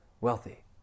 wealthy